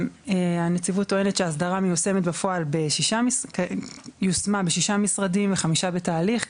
הנציבות טוענת שההסדרה יושמה בשישה משרדים וחמישה נמצאים בתהליך,